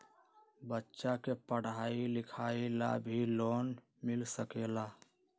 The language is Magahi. बच्चा के पढ़ाई लिखाई ला भी लोन मिल सकेला?